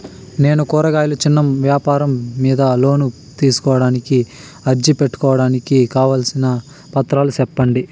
నేను కూరగాయలు చిన్న వ్యాపారం మీద లోను తీసుకోడానికి అర్జీ పెట్టుకోవడానికి కావాల్సిన పత్రాలు సెప్పండి?